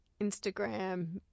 Instagram